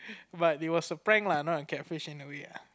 but it was a prank lah not a catfish anyway ah